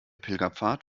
pilgerpfad